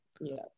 yes